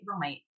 right